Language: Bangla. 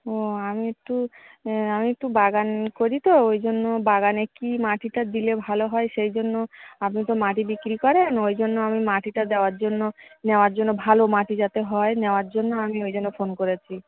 ও আমি একটু আমি একটু বাগান করি তো ওই জন্য বাগানে কী মাটিটা দিলে ভালো হয় সেই জন্য আপনি তো মাটি বিক্রি করেন ওই জন্য আমি মাটিটা দেওয়ার জন্য নেওয়ার জন্য ভালো মাটি যাতে হয় নেওয়ার জন্য আমি ওই জন্য ফোন করেছি